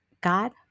God